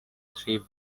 thrived